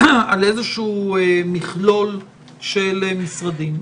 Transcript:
על מכלול של משרדים.